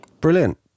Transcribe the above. brilliant